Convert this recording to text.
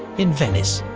in venice,